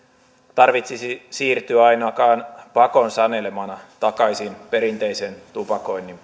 tarvitsisi siirtyä ainakaan pakon sanelemana takaisin perinteisen tupakoinnin